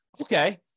Okay